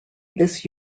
this